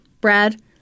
Brad